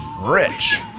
rich